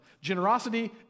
Generosity